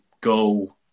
go